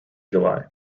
july